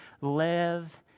live